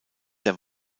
der